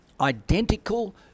identical